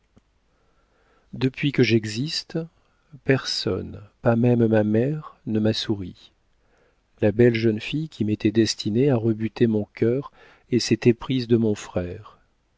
déplaire depuis que j'existe personne pas même ma mère ne m'a souri la belle jeune fille qui m'était destinée a rebuté mon cœur et s'est éprise de mon frère